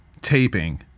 taping